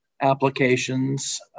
applications